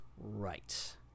Right